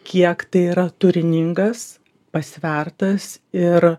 kiek tai yra turiningas pasvertas ir